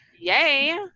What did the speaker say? Yay